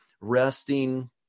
resting